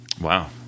Wow